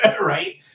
Right